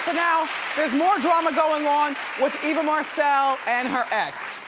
now there's more drama going on with eva marcille and her ex.